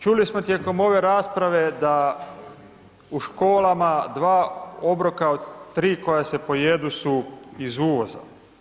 Čuli smo tijekom ove rasprave da u školama dva obroka od tri koja se pojedu su iz uvoza.